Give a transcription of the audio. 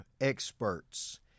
experts